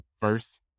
first